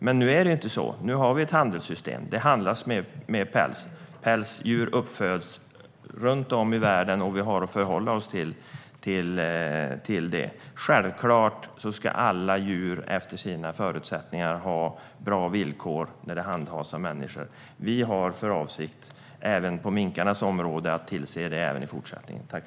Men nu är det inte så. Vi har ett handelssystem. Det handlas med päls. Pälsdjur föds upp runt om i världen, och vi har att förhålla oss till det. Självklart ska alla djur efter sina behov ha bra villkor när de handhas av människor. Vi har för avsikt att tillse det i fortsättningen, även på minkarnas område.